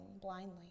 blindly